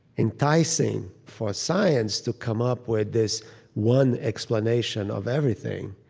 enticing for science to come up with this one explanation of everything.